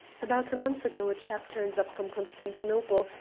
about a month ago a chap turns up from constantinople,